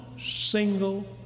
single